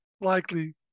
likely